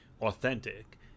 authentic